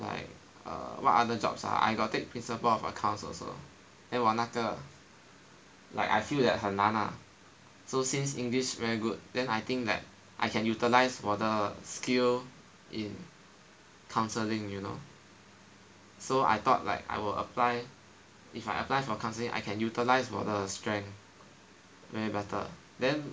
like err what other jobs ah I got take principles of accounts also then 我那个 like I feel that 很难啊 so since English very good then I think like I can utilize 我的 skill in counselling you know so I thought like I will apply if I apply for counselling I can utilise 我的 strength way better then